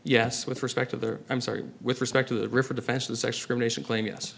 yes with respect to the i'm sorry with respect to the river defenses exclamation claim yes